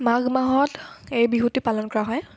মাঘ মাহত এই বিহুটি পালন কৰা হয়